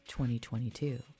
2022